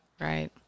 Right